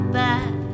back